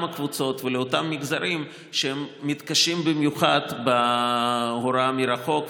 הקבוצות ולאותם מגזרים שמתקשים במיוחד בהוראה מרחוק,